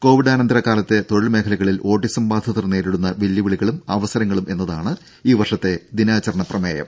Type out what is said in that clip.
കൊവിഡാനന്തര കാലത്തെ തൊഴിൽമേഖലകളിൽ ഓട്ടിസം ബാധിതർ നേരിടുന്ന വെല്ലുവിളികളും അവസരങ്ങളും എന്നതാണ് ഈ വർഷത്തെ ദിനാചരണ പ്രമേയം